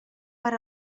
per